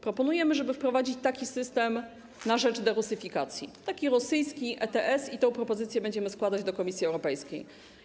Proponujemy, żeby wprowadzić taki system na rzecz derusyfikacji, taki rosyjski ETS, i tę propozycję będziemy składać do Komisji Europejskiej.